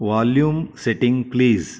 volume setting please